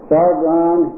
Sargon